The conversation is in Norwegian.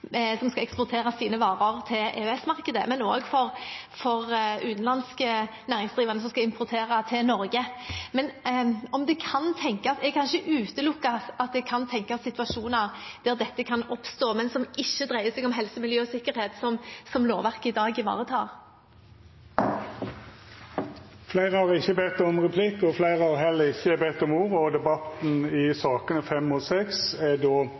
som skal eksportere sine varer til EØS-markedet, og også for utenlandske næringsdrivende som skal eksportere til Norge. Jeg kan ikke utelukke at det kan tenkes situasjoner der dette kan oppstå, men som ikke dreier seg om helse, miljø og sikkerhet, som lovverket i dag ivaretar. Replikkordskiftet er avslutta. Fleire har ikkje bedt om ordet til sakene nr. 5 og 6. Etter ønske frå transport- og kommunikasjonskomiteen vil presidenten ordna debatten slik: 5 minutt til kvar partigruppe og